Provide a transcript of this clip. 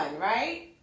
right